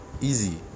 Easy